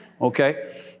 Okay